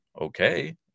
okay